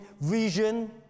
vision